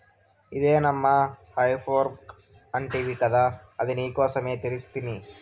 ఇదే నమ్మా హే ఫోర్క్ అంటివి గదా అది నీకోసమే తెస్తిని